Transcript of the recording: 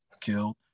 killed